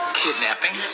kidnapping